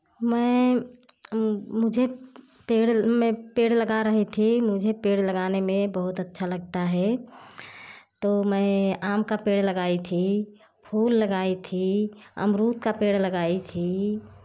मैं मुझे पेड़ मैं पेड़ लगा रही थी मुझे पेड़ लगाने में बहुत अच्छा लगता है तो मैं आम का पेड़ लगाई थी फूल लगाई थी अमरूद का पेड़ लगाई थी